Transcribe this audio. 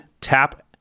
tap